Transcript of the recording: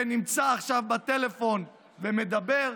שנמצא עכשיו בטלפון ומדבר.